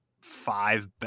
five